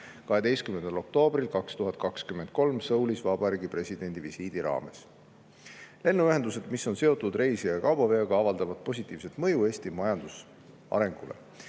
12. oktoobril 2023 Soulis Eesti Vabariigi presidendi visiidi raames. Lennuühendused, mis on seotud reisija- ja kaubaveoga, avaldavad positiivset mõju Eesti majandusarengule.